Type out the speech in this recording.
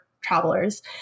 travelers